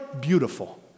beautiful